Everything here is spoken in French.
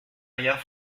ailleurs